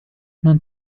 non